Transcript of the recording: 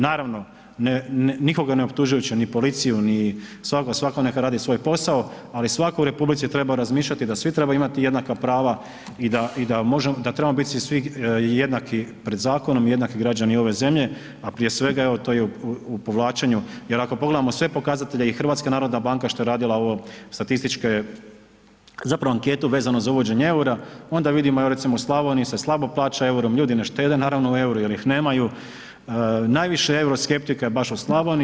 Naravno, nikoga ne optužujući ni policiju ni, svatko neka radi svoj posao, ali svatko u republici treba razmišljati da svi trebaju imati jednaka prava i da i da možemo, da trebamo biti svi jednaki pred zakonom i jednaki građani ove zemlje, a prije svega evo to i u povlačenju jer ako pogledamo sve pokazatelje i HNB što je radila ovo statističke, zapravo anketu vezano za uvođenje EUR-a onda vidimo evo recimo u Slavoniji se slabo plaća EUR-om, ljudi ne štede naravno u EUR-i jel ih nemaju, najviše euroskeptika je baš u Slavoniji.